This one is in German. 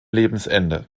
lebensende